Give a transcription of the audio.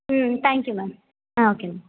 ம் thank you ma'am ah okay ma'am